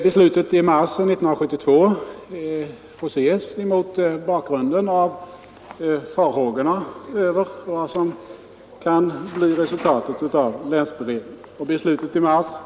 Beslutet i mars 1972 får ses mot bakgrunden av farhågorna för vad som kan bli resultatet av länsberedningens arbete.